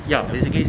ya basically